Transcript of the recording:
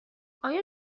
آیا